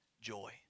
joy